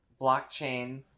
Blockchain